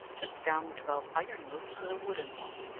took down the twelve iron loops with a wooden one,